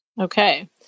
okay